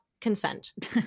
consent